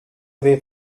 away